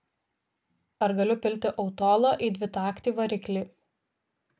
ar galiu pilti autolo į dvitaktį variklį